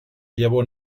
llavor